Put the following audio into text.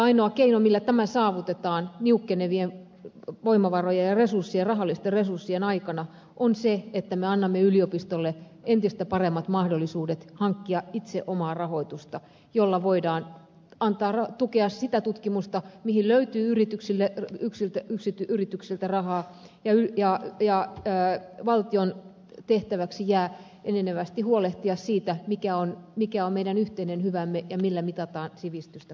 ainoa keino millä tämä saavutetaan niukkenevien voimavarojen ja rahallisten resurssien aikana on se että me annamme yliopistolle entistä paremmat mahdollisuudet hankkia itse omaa rahoitusta jolla voidaan tukea sitä tutkimusta mihin löytyy yrityksiltä rahaa ja valtion tehtäväksi jää enenevästi huolehtia siitä mikä on meidän yhteinen hyvämme ja millä mitataan sivistystä kuten sanoin